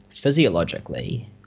physiologically